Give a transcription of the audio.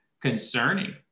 concerning